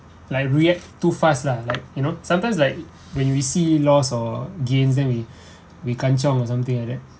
like react too fast lah like you know sometimes like when we see loss or gains then we we kan cheong or something like that